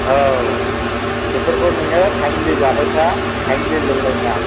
औ बेफोरखौ नोङो थाइमलि जाबाय था थाइमलि लोंबाय था